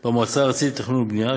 במועצה הארצית לתכנון ובנייה,